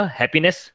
happiness